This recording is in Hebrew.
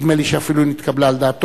נדמה לי שהיא אפילו נתקבלה על דעתו.